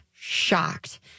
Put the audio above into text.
shocked